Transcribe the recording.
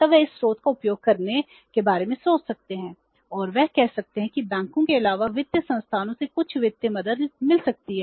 तब वे इस स्रोत का उपयोग करने के बारे में सोच सकते हैं और वे कह सकते हैं कि बैंकों के अलावा वित्तीय संस्थानों से कुछ वित्तीय मदद मिल सकती है